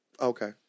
Okay